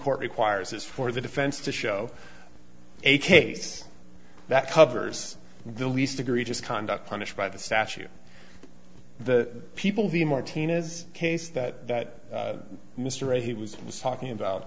court requires is for the defense to show a case that covers the least egregious conduct punished by the statue the people the martinez case that mr a he was just talking about